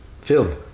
film